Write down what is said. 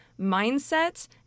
mindset